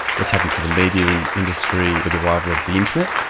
what's happened to the media and industry with the arrival of the internet.